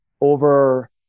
over